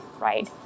right